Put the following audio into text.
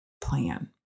plan